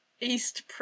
East